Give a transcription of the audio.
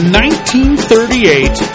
1938